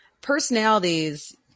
personalities